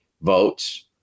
votes